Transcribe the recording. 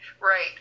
Right